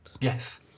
Yes